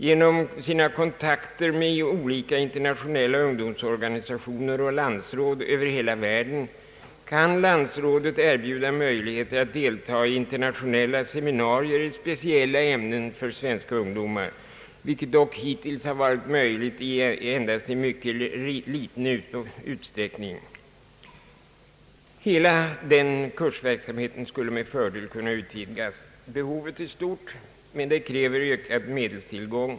Genom sina kontakter med olika internationella ungdomsorganisationer och landsråd över hela världen kan landsrådet erbjuda möjligheter att delta i internationella seminarier i speciella ämnen för svenska ungdomar, vilket dock hittills varit möjligt endast i mycket liten utsträckning. Hela den kursverksamheten skulle med fördel kunna utvidgas — behovet är stort — men det kräver ökad medelstillgång.